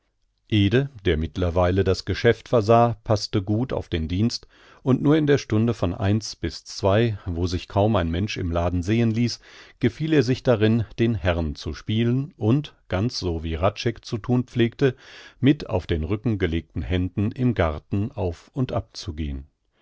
der mittlerweile das geschäft versah paßte gut auf den dienst und nur in der stunde von ein bis zwei wo sich kaum ein mensch im laden sehen ließ gefiel er sich darin den herrn zu spielen und ganz so wie hradscheck zu thun pflegte mit auf den rücken gelegten händen im garten auf und ab